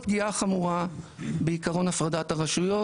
פגיעה חמורה בעקרון הפרדת הרשויות,